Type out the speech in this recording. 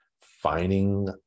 finding